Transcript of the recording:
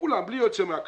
כולם בלי יוצא מהכלל,